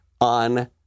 on